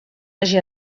hagi